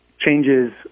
changes